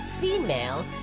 female